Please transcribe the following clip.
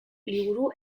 liburu